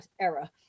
era